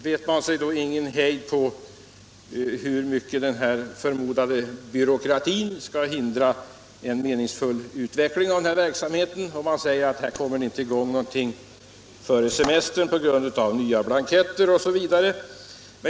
Det är ingen hejd på hur mycket den förmodade byråkratin skall hindra en meningsfull utveckling av verksamheten, och man säger att det går inte att komma i gång före semestern, på grund av nya blanketter osv.